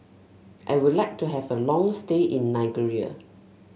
I would like to have a long stay in Nigeria